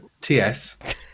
TS